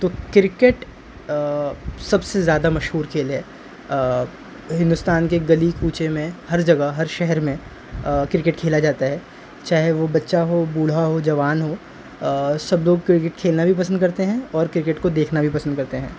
تو کرکٹ سب سے زیادہ مشہور کھیل ہے ہندوستان کے گلی کوچے میں ہر جگہ ہر شہر میں کرکٹ کھیلا جاتا ہے چاہے وہ بچہ ہو بوڑھا ہو جوان ہو سب لوگ کرکٹ کھیلنا بھی پسند کرتے ہیں اور کرکٹ کو دیکھنا بھی پسند کرتے ہیں